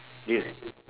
yes